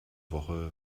woche